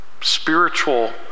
spiritual